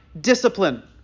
discipline